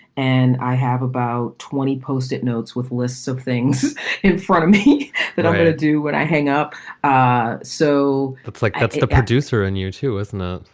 and i have about twenty post-it notes with lists of things in front of me that i'm going to do what i hang up ah so that's like that's the producer and you two know.